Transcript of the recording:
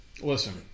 Listen